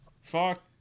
Fuck